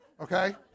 okay